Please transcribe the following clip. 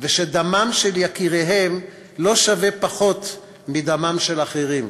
ושדמם של יקיריהם לא שווה פחות מדמם של אחרים?